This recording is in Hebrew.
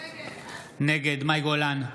נגד מאי גולן,